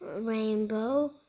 rainbow